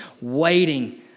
waiting